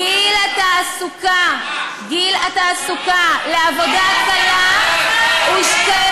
גיל התעסוקה לעבודה קלה הוא 12 ו-13.